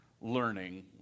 learning